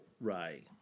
Ray